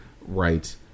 right